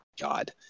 God